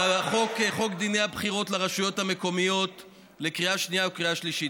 חוק דיני הבחירות לרשויות המקומיות לקריאה שנייה ולקריאה שלישית.